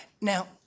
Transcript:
Now